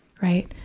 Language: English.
right.